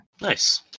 Nice